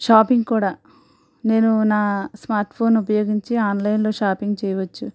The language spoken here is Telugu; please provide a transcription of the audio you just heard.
షాపింగ్ కూడా నేను నా స్మార్ట్ ఫోన్ను ఉపయోగించి ఆన్లైన్లో షాపింగ్ చేయవచ్చు